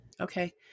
Okay